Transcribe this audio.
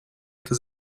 это